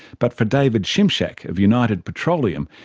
but for david szymczak of united petroleum,